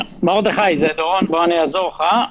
מרדכי, זה דורון, בוא אני אעזור לך.